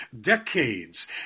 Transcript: decades